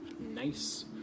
Nice